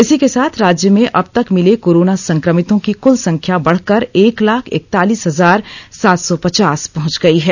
इसी के साथ राज्य में अब तक मिले कोरोना संक्रमितों की कल संख्या बढकर एक लाख इकतालीस हजार सात सौ पचास पहंच गई है